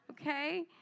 Okay